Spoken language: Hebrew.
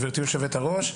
גברתי יושבת הראש,